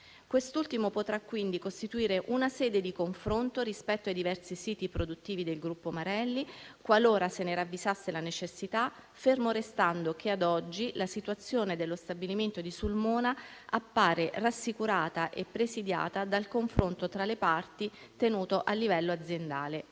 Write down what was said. Quest'ultimo potrà quindi costituire una sede di confronto rispetto ai diversi siti produttivi del gruppo Marelli, qualora se ne ravvisasse la necessità, fermo restando che ad oggi la situazione dello stabilimento di Sulmona appare rassicurata e presidiata dal confronto tra le parti tenuto a livello aziendale.